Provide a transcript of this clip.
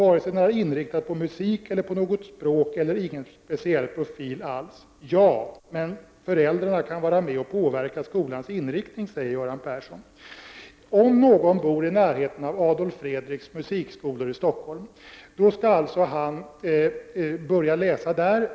Vare sig den är inriktad på musik eller på något språk eller ingen speciell profil alls. —- Ja, men föräldrarna kan vara med och påverka skolans inriktning, säger Göran Persson.” Om en elev bor i närheten av Adolf Fredriks musikskolor i Stockholm, skall han alltså börja studera där.